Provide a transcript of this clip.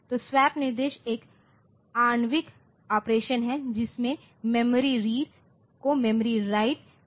तो स्वैप निर्देश एक आणविक ऑपरेशन है जिसमें मेमोरी रीड को मेमोरी राइट अनुगमन करता है